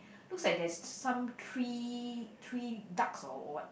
looks like there's some three three ducks or what